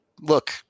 look